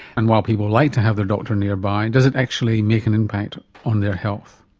and while people like to have their doctor nearby, and does it actually make an impact on their health?